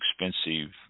expensive